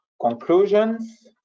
conclusions